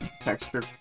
texture